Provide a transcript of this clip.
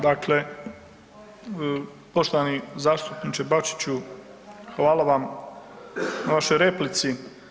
Dakle, poštovani zastupniče Bačiću, hvala vam na vašoj replici.